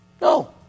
No